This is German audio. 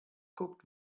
guckt